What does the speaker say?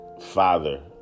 father